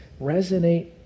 resonate